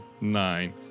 Nine